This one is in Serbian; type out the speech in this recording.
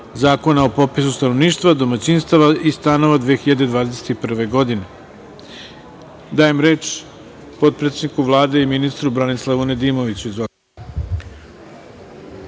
Zakona o popisu stanovništva, domaćinstava i stanova 2021. godine. Dajem reč potpredsedniku Vlade i ministru Branislavu Nedimoviću. Izvolite.